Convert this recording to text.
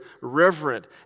reverent